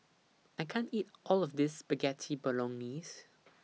I can't eat All of This Spaghetti Bolognese